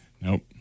Nope